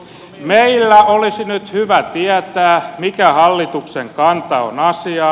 meillä olisi nyt hyvä tietää mikä hallituksen kanta on asiaan